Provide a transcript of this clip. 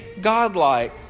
God-like